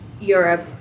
Europe